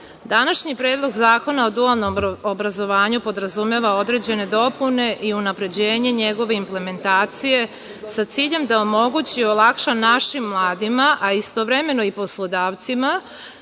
današnji Predlog zakona o dualnom obrazovanju podrazumeva određene dopune i unapređenje njegove implementacije, sa ciljem da omogući i olakša našim mladima, a istovremeno i poslodavcima